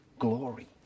Glory